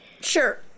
Sure